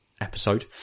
episode